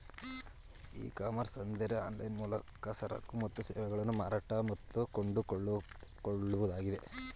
E commerce ಅಂದರೆ online ಮೂಲಕ ಸರಕು ಮತ್ತು ಸೇವೆಗಳನ್ನು ಮಾರಾಟ ಮತ್ತು ಕೊಂಡುಕೊಳ್ಳುವುದಾಗಿದೆ